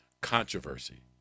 controversy